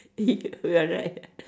if we're like